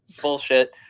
Bullshit